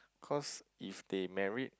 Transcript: cause if they married